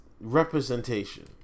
representation